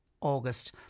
August